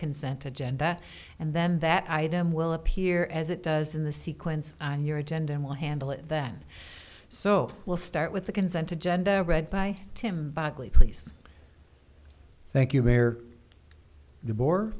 consent agenda and then that item will appear as it does in the sequence on your agenda and will handle it then so will start with the consent agenda read by tim buckley please thank you bear the boar